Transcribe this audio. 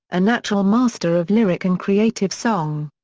a natural master of lyric and creative song.